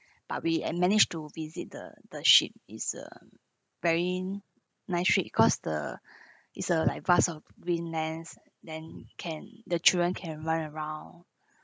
but we and managed to visit the the sheep is a very nice trip cause the it's a like vast of windlands then can the children can run around